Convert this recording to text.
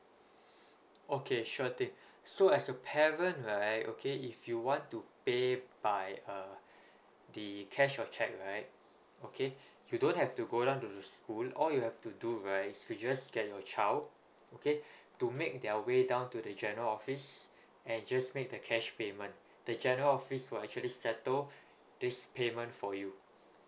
okay sure thing so as a parent right okay if you want to pay by uh the cash or cheque right okay you don't have to go down to the school all you have to do right to just get your child okay to make their way down to the general office and just make the cash payment the general office will actually settle this payment for you